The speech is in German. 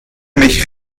mich